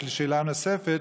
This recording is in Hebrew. יש לי שאלה נוספת,